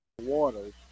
waters